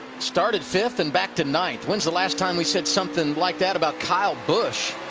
started fifth and back to ninth. when was the last time we said something like that about kyle busch.